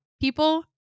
people